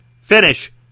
finish